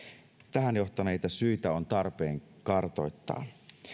tähän johtaneita syitä on tarpeen kartoittaa